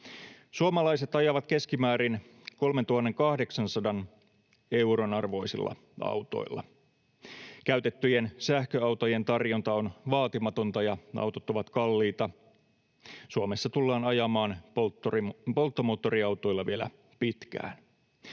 Suomalaiset ajavat keskimäärin 3 800 euron arvoisilla autoilla. Käytettyjen sähköautojen tarjonta on vaatimatonta, ja autot ovat kalliita. Suomessa tullaan ajamaan polttomoottoriautoilla vielä pitkään.